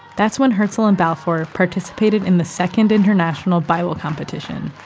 that's when herzel and balfour participated in the second international bible competition.